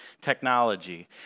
technology